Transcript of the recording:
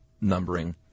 numbering